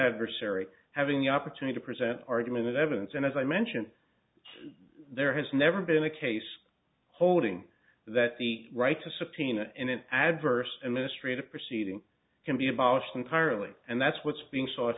adversary having the opportunity to present argument as evidence and as i mentioned there has never been a case holding that the right to subpoena in an adverse and mistreated proceeding can be abolished entirely and that's what's being sought